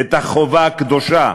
את החובה הקדושה: